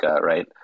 right